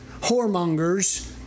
whoremongers